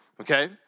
okay